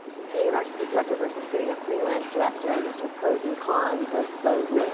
being an artistic director versus being a freelance director and the sort of pros and cons of both.